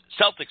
Celtics